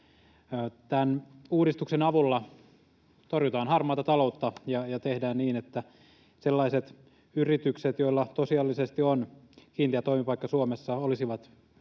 Tämän uudistuksen avulla torjutaan harmaata taloutta ja tehdään niin, että sellaiset yritykset, joilla tosiasiallisesti on kiinteä toimipaikka Suomessa, olisivat